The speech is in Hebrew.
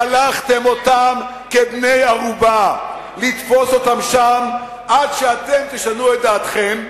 שלחתם אותם כבני-ערובה לתפוס אותם שם עד שאתם תשנו את דעתכם,